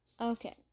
Okay